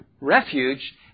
refuge